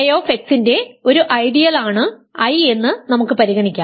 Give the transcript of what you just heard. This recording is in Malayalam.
K ന്റെ ഒരു ഐഡിയൽ ആണ് I എന്ന് നമുക്ക് പരിഗണിക്കാം